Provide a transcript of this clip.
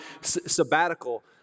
sabbatical